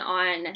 on